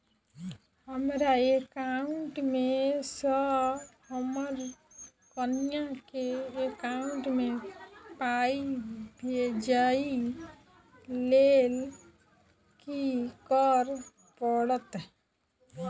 हमरा एकाउंट मे सऽ हम्मर कनिया केँ एकाउंट मै पाई भेजइ लेल की करऽ पड़त?